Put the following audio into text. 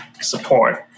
support